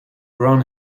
brown